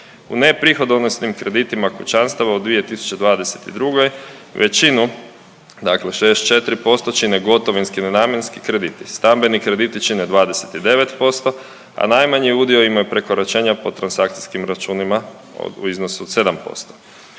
U neprihodonosnim kreditima kućanstava u 2022. većinu, dakle 64% čine gotovinski nenamjenski krediti. Stambeni krediti čine 29%, a najmanji udio imaju prekoračenja po transakcijskim računima u iznosu od